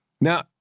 Now